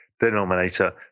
denominator